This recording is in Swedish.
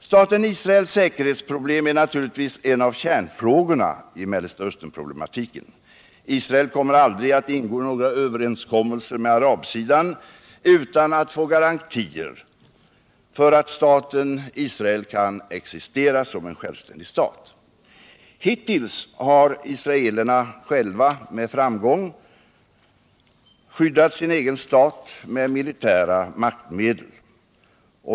Staten Israels säkerhetsproblem är naturligtvis en av kärnfrågorna i Mellersta Östern-problematiken. Israel kommer aldrig att ingå några överenskommelser med arabsidan utan att få garantier för att staten Israel kan existera som en självständig stat. Hittills har israelerna med framgång skyddat sin egen stat med militära maktmedel.